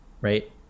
right